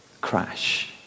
crash